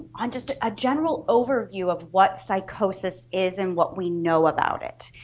on just a ah general overview of what psychosis is and what we know about it.